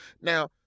Now